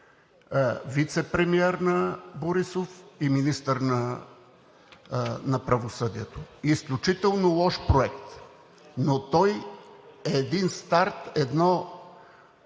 вицепремиер на Борисов и министър на правосъдието. Изключително лош проект, но той е един старт, едно